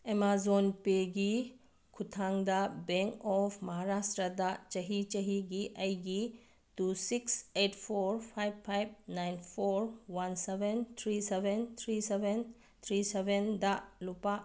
Amazon ꯄꯦꯒꯤ ꯈꯨꯊꯥꯡꯗ bank of ꯃꯥꯍꯥꯔꯥꯁꯇ꯭ꯔꯥꯗ ꯆꯍꯤ ꯆꯍꯤꯒꯤ ꯑꯩꯒꯤ two six eight four five five nine four one seven three seven three seven three ꯁꯕꯦꯟꯗ ꯂꯨꯄꯥ